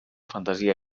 fantasia